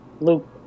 Luke